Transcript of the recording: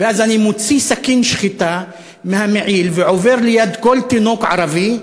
ואז אני מוציא סכין שחיטה מהמעיל ועובר ליד כל תינוק ערבי,